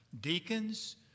Deacons